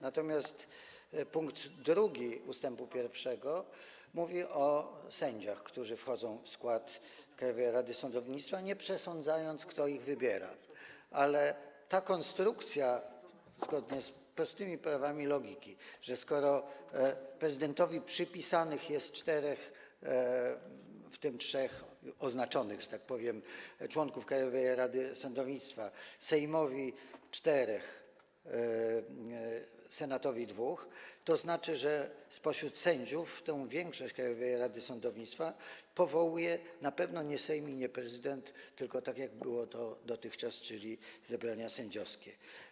Natomiast w ust. 1 pkt 2 mówi się o sędziach, którzy wchodzą w skład Krajowej Rady Sądownictwa, nie przesądzając, kto ich wybiera, ale ta konstrukcja zgodnie z prostymi prawami logiki, że skoro prezydentowi przypisanych jest czterech, w tym trzech oznaczonych, że tak powiem, członków Krajowej Rady Sądownictwa, Sejmowi - czterech, Senatowi - dwóch, oznacza, że spośród sędziów tę większość Krajowej Rady Sądownictwa powołują na pewno nie Sejm ani nie prezydent, tylko, tak jak to było dotychczas, zebrania sędziowskie.